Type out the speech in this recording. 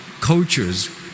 cultures